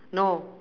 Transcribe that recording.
no